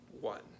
one